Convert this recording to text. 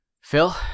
Phil